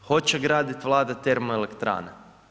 Hoće graditi vlada termoelektrane.